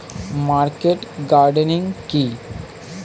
Market gardening কি?